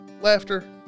laughter